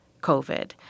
COVID